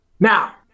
Now